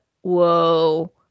Whoa